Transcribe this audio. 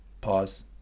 Pause